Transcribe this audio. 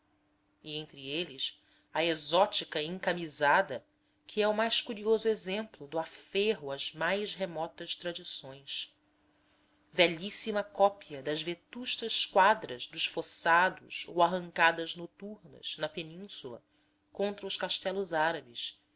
e entre eles a exótica encamisada que é o mais curioso exemplo do aferro às mais remotas tradições velhíssima cópia das vetustas quadras dos fossados ou arrancadas noturnas na península contra os castelos árabes